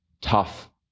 tough